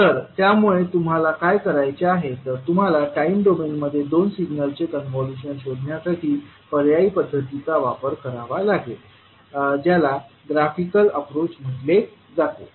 तर त्यामुळे तुम्हाला काय करायचे आहे तर तुम्हाला टाईम डोमेनमध्ये दोन सिग्नलचे कॉन्व्होल्यूशन शोधण्यासाठी पर्यायी पध्दतीचा वापर करावा लागेल ज्याला ग्राफिकल अप्रोच म्हटले जाते